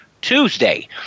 Tuesday